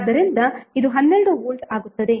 ಆದ್ದರಿಂದ ಇದು 12 ವೋಲ್ಟ್ ಆಗುತ್ತದೆ